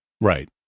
Right